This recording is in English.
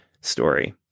story